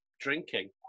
drinking